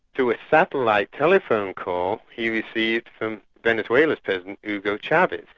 to a satellite telephone call he received from venezuela's president, hugo chavez,